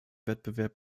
wettbewerb